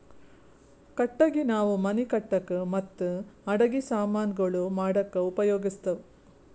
ಕಟ್ಟಗಿ ನಾವ್ ಮನಿ ಕಟ್ಟಕ್ ಮತ್ತ್ ಅಡಗಿ ಸಮಾನ್ ಗೊಳ್ ಮಾಡಕ್ಕ ಉಪಯೋಗಸ್ತಿವ್